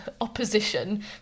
opposition